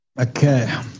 Okay